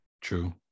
True